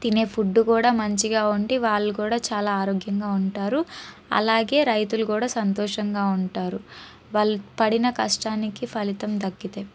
తినే ఫుడ్డు కూడా మంచిగా ఉండి వాళ్ళు కూడా చాలా ఆరోగ్యంగా ఉంటారు అలాగే రైతులు కూడా సంతోషంగా ఉంటారు వాళ్ళు పడిన కష్టానికి ఫలితం దక్కితే